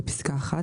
בפסקה (1),